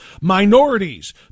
minorities